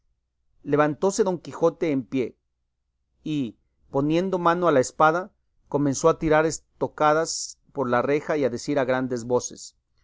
admirada levantóse don quijote en pie y poniendo mano a la espada comenzó a tirar estocadas por la reja y a decir a grandes voces